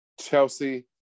Chelsea